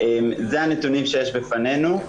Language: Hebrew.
אלה הנתונים שיש בפנינו.